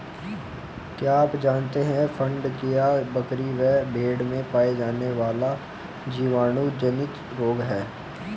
क्या आप जानते है फड़कियां, बकरी व भेड़ में पाया जाने वाला जीवाणु जनित रोग है?